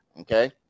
okay